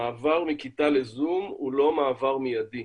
המעבר לכיתה לזום הוא לא מעבר מיידי,